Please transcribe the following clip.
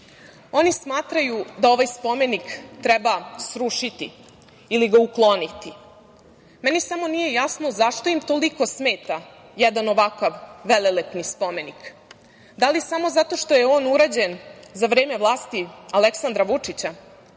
Oni smatraju da ovaj spomenik treba srušiti ili ga ukloniti. Meni samo nije jasno zašto im toliko smeta jedan ovakav velelepni spomenik, da li samo zato što je on urađen za vreme vlasti Aleksandra Vučića?